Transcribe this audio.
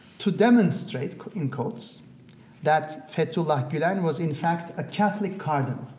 to demonstrate put in quotes that fethullah gulen was in fact a catholic cardinal,